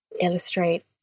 illustrate